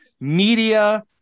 media